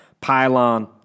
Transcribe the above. Pylon